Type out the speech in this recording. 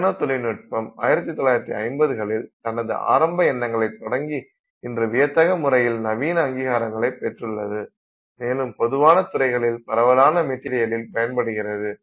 நானோ தொழில்நுட்பம் 1950 களில் தனது ஆரம்ப எண்ணங்களை தொடங்கி இன்று வியக்கத்தக்க முறையில் நவீன அங்கீகாரங்களை பெற்றுள்ளது மேலும் பொதுவான துறைகளில் பரவலான மெட்டீரியலில் பயன்படுகிறது